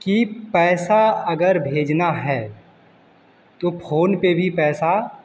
कि पैसा अगर भेजना है तो फोन पर भी पैसा